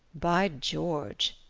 by george!